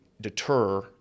deter